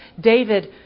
David